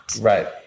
Right